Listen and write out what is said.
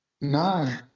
No